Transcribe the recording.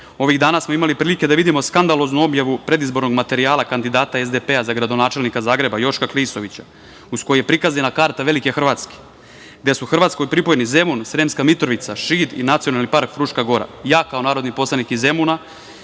ovih dana smo imali prilike da vidimo skandaloznu objavu predizbornog materijala kandidata SDP-a za gradonačelnika Zagreba, Joška Klisovića, uz koji je prikazana karta velike Hrvatske gde su Hrvatskoj pripojeni Zemun, Sremska Mitrovica, Šid i Nacionalni park Fruška gora. Ja kao narodni poslanik iz Zemuna